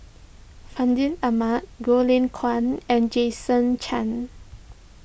Fandi Ahmad Goh Lay Kuan and Jason Chan